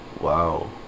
wow